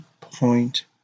point